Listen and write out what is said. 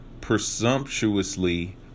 presumptuously